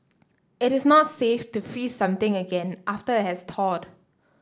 it is not safe to freeze something again after it has thawed